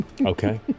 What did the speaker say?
Okay